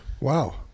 Wow